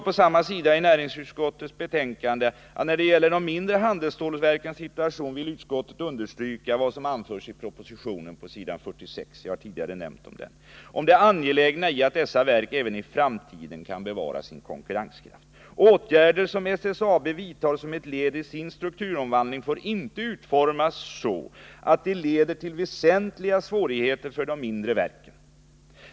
På samma sida i näringsutskottets betänkande säger man också: När det gäller de mindre handelsstålverkens situation vill utskottet understryka vad som anförs i propositionen om det angelägna i att dessa verk även i framtiden kan bevara sin konkurrenskraft. Åtgärder som SSAB vidtar som ettledisin strukturomvandling får inte utformas så, att de leder till väsentliga svårigheter för de mindre verken.